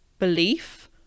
belief